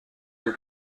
des